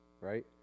right